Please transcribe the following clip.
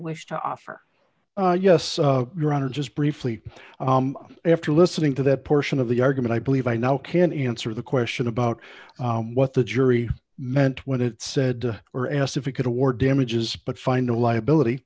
wish to offer yes your honor just briefly after listening to that portion of the argument i believe i now can answer the question about what the jury meant when it said or asked if it could award damages but find a liability